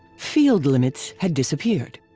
field limits had disappeared.